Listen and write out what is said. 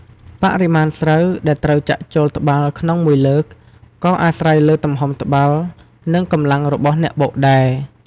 បរិមាណស្រូវដែលត្រូវចាក់ចូលត្បាល់ក្នុងមួយលើក ក៏អាស្រ័យលើទំហំត្បាល់ និងកម្លាំងរបស់អ្នកបុកដែរ។